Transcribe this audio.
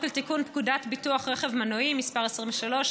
לתיקון פקודת ביטוח רכב מנועי (מס' 23),